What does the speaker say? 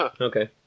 Okay